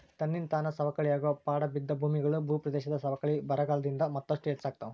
ತನ್ನಿಂತಾನ ಸವಕಳಿಯಾಗೋ ಪಡಾ ಬಿದ್ದ ಭೂಮಿಗಳು, ಭೂಪ್ರದೇಶದ ಸವಕಳಿ ಬರಗಾಲದಿಂದ ಮತ್ತಷ್ಟು ಹೆಚ್ಚಾಗ್ತಾವ